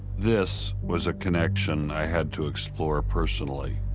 this was a connection i had to explore personally.